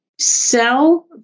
sell